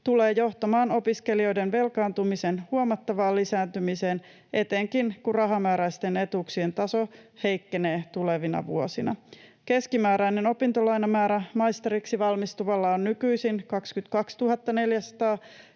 tulee johtamaan opiskelijoiden velkaantumisen huomattavaan lisääntymiseen etenkin, kun rahamääräisten etuuksien taso heikkenee tulevina vuosina. Keskimääräinen opintolainamäärä maisteriksi valmistuvalla on nykyisin 22 400,